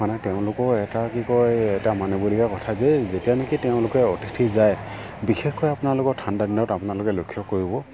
মানে তেওঁলোকৰ এটা কি কয় এটা মানিবলগীয়া কথা যে যেতিয়া নেকি তেওঁলোকৰ অতিথি যায় বিশেষকৈ আপোনালোকৰ ঠাণ্ডা দিনত আপোনালোকে লক্ষ্য কৰিব